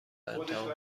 امتحان